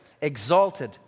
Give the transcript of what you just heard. exalted